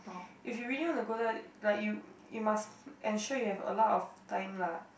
if you really want to go there like you you must ensure you have a lot of time lah